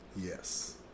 Yes